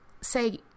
say